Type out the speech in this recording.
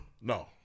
No